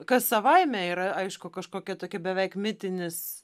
kas savaime yra aišku kažkokia tokia beveik mitinis